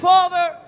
Father